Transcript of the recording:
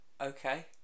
Okay